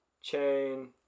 chain